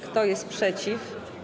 Kto jest przeciw?